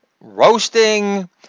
Roasting